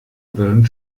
wellen